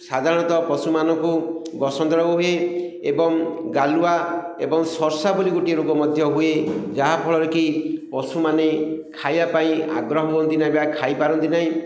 ସାଧାରଣତଃ ପଶୁମାନଙ୍କୁ ବସନ୍ତ ରୋଗ ହୁଏ ଏବଂ ଗାଲୁଆ ଏବଂ ସର୍ଷା ବୋଲି ଗୋଟିଏ ରୋଗ ମଧ୍ୟ ହୁଏ ଯାହାଫଳରେ କି ପଶୁମାନେ ଖାଇବା ପାଇଁ ଆଗ୍ରହ ହୁଅନ୍ତି ନାହିଁ ବା ଖାଇପାରନ୍ତି ନାହିଁ